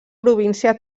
província